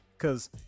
Cause